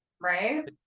Right